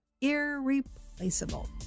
irreplaceable